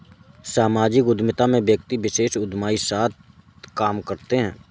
सामाजिक उद्यमिता में व्यक्ति विशेष उदयमी साथ काम करते हैं